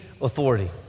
authority